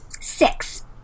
Six